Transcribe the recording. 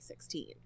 2016